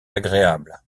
agréable